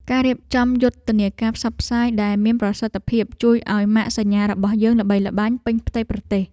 ការរៀបចំយុទ្ធនាការផ្សព្វផ្សាយដែលមានប្រសិទ្ធភាពជួយឱ្យម៉ាកសញ្ញារបស់យើងល្បីល្បាញពេញផ្ទៃប្រទេស។